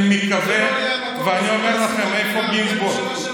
אני מתכוון ואני אומר לכם, איפה גינזבורג?